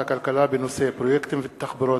הצעת החוק עברה בקריאה ראשונה ותעבור לדיון בוועדת החוקה,